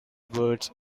words